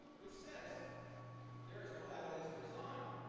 which says there is no evidence for design.